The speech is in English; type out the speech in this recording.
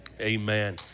Amen